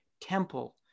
temple